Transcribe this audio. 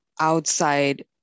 outside